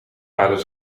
waren